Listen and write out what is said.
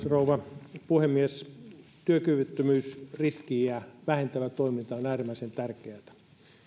rouva puhemies työkyvyttömyysriskiä vähentävä toiminta on äärimmäisen tärkeätä